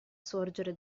sorgere